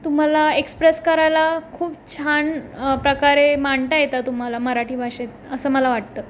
तुम्हाला एक्सप्रेस करायला खूप छान प्रकारे मांडता येतं तुम्हाला मराठी भाषेत असं मला वाटतं